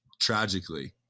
tragically